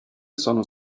sono